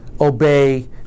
obey